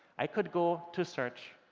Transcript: i could go to search,